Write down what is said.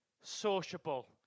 sociable